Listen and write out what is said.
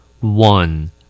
One